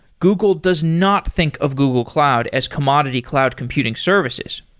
google does not think of google cloud as commodity cloud computing services.